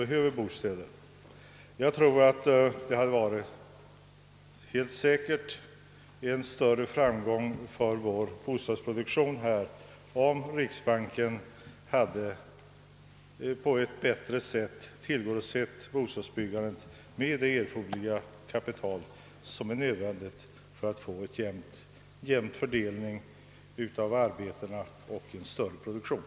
Och vår bostadsproduktion skulle säkert ha varit ännu större, om riksbanken på ett bättre sätt hade tillgodosett bostadsbyggandet med kapital. Då hade det blivit en mera jämn fördelning av arbetena och därmed också en större produktion.